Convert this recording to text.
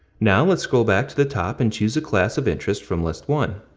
now let's scroll back to the top and choose a class of interest from list one.